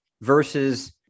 versus